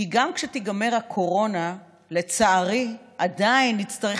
כי גם כשתיגמר הקורונה לצערי עדיין נצטרך